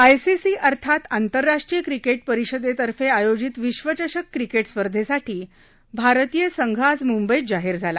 ICC अर्थात आंतरराष्ट्रीय cricket परिषदेतर्फे आयोजित विश्वचषक क्रिकेट स्पर्धेसाठी भारतीय संघ आज मुंबईत जाहीर झाला